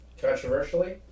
Controversially